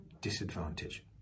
disadvantage